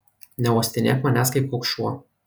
neuostinėk manęs kaip koks šuo